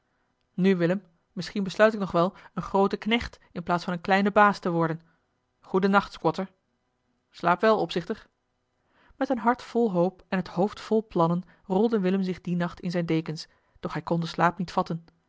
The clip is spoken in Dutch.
nu willem misschien besluit ik nog wel een groote knecht in plaats van een kleine baas te worden goeden nacht squatter slaap wel opzichter met een hart vol hoop en het hoofd vol plannen rolde willem zich dien nacht in zijne dekens doch hij kon den slaap niet vatten